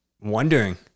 wondering